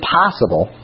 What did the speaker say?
possible